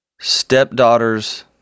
stepdaughter's